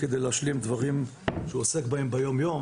להשלים דברים שהוא עוסק בהם ביום-יום.